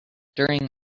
during